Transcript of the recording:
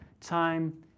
time